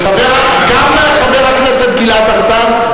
גם חבר הכנסת גלעד ארדן,